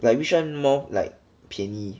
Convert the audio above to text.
like which one more like 便宜